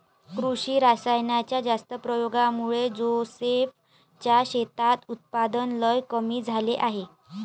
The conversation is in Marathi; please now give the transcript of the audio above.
कृषी रासायनाच्या जास्त प्रयोगामुळे जोसेफ च्या शेतात उत्पादन लई कमी झाले आहे